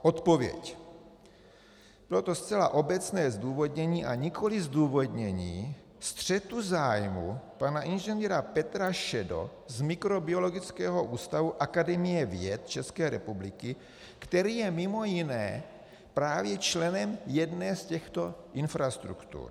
Odpověď: Bylo to zcela obecné zdůvodnění, a nikoli zdůvodnění střetu zájmů pana Ing. Petra Šedo z Mikrobiologického ústavu Akademie věd České republiky, který je mimo jiné právě členem jedné z těchto infrastruktur.